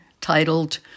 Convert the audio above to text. titled